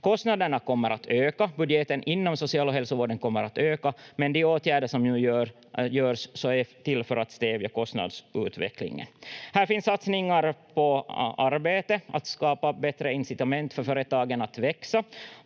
Kostnaderna kommer att öka, budgeten inom social- och hälsovården kommer att öka, men de åtgärder som nu görs är till för att stävja kostnadsutvecklingen. Här finns satsningar på arbete, att skapa bättre incitament för företagen att växa,